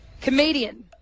Comedian